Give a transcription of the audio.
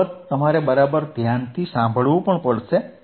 અલબત્ત તમારે બરાબર ધ્યાનથી સાંભળવું પડશે